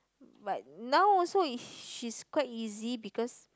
but now also is she's quite easy because